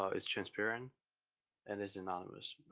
ah it's transparent and it's anonymous